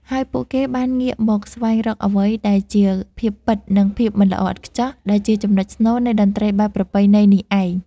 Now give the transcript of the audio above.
ហើយពួកគេបានងាកមកស្វែងរកអ្វីដែលជាភាពពិត និងភាពមិនល្អឥតខ្ចោះ ដែលជាចំណុចស្នូលនៃតន្ត្រីបែបប្រពៃណីនេះឯង។